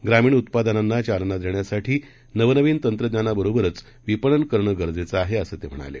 ग्रामीणउत्पादनांनाचालनादेण्यासाठीनवनवीनतंत्रज्ञानाबरोबरचविपणनकरणंगरजेचंआहे असंतेम्हणाले